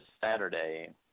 Saturday